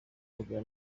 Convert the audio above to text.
agira